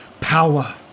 power